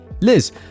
liz